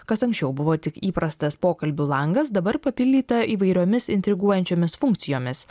kas anksčiau buvo tik įprastas pokalbių langas dabar papildyta įvairiomis intriguojančiomis funkcijomis